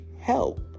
help